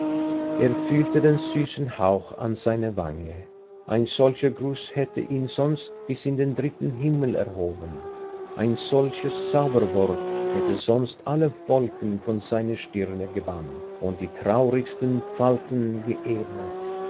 er fühlte den süßen hauch an seiner wange ein solcher gruß hätte ihn sonst bis in den dritten himmel erhoben ein solches zauberwort hätte sonst alle wolken von seiner stirne gebannt und die traurigsten falten geebnet